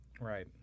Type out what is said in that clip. Right